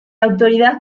autoridad